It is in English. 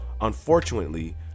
unfortunately